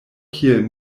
kiel